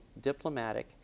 diplomatic